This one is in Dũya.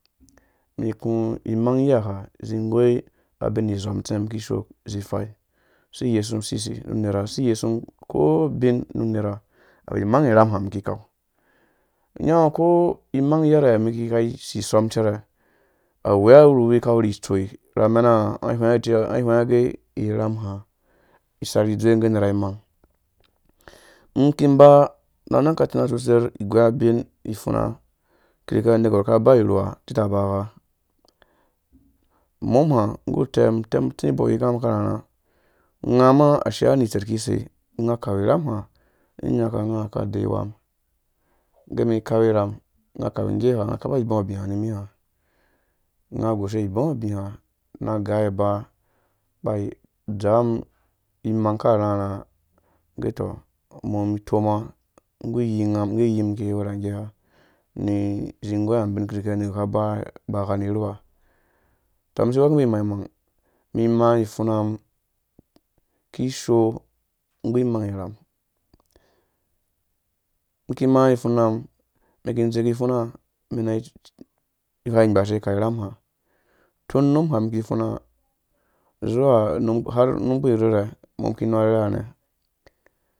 Iku imang iyiha izi igoi abin izɔm, utsɛm ikishoo izi ifai isi yɛsu usisi nu unera isi iyesu ukoo ubin nu unera awu imang irham ha iki kau ungo unyaɔ uko imang iyɛrɛa umum iki kai sisom ucɛrɛ awea uwuruwi aka wuri tsoi ra menanga, ai hwenga irham ha isari dzowuge unera imang iki mba ra anang aka tirha atsutser igoi abin ipfuna akike anergwar aka aba irhwa ha tita abagha umum ha nggu utɛmum aka rharha unga ma ashia ni itser iyiki sei, unga akau irham ha inyakanga aka eyuwa mum age umum ikau irham ung a akau ingge ha unga akapa ibo abi ha nimiha nga agoshe ibo abi ha na agai aba aba adamum imang aka rharha age uto umum itoma nggu iyimum iki wera ngge ni izi inggoi abin akirake aka aba aba gha ni rhuwaha uto umum isi iwɔku ungo imang-mang iki imaa ipfuna mum kishoo nggu imang irham iki maa ipfuna num umen iki idzeki pfuna umum ina ighaimgbashi ikau irham ha utun unum ha umum iki pfuna zuwa har unum ukpu irhirhe umum iki inu arherhe hare